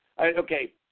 Okay